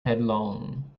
headlong